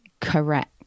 Correct